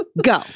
Go